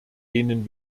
denen